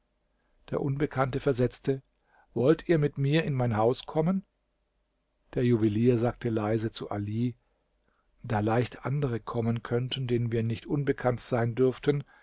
der unbekannte versetzte wollt ihr mit mir in mein haus kommen der juwelier sagte leise zu ali da leicht andere kommen könnten denen wir nicht unbekannt sein dürften